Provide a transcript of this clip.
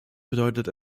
bedeutet